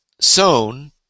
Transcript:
sown